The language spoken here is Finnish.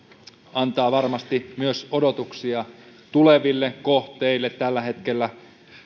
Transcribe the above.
antaa varmasti myös odotuksia tuleville kohteille tällä hetkellä